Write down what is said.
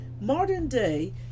Modern-day